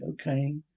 okay